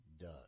Doug